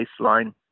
baseline